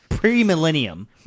Pre-millennium